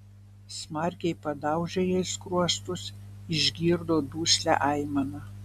smarkiai padaužė jai skruostus išgirdo duslią aimaną